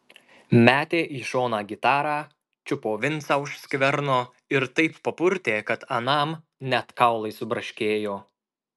metė į šoną gitarą čiupo vincą už skverno ir taip papurtė kad anam net kaulai subraškėjo